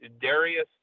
Darius